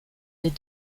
des